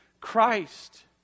Christ